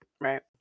right